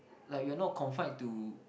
like we're not confined to